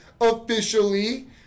officially